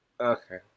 Okay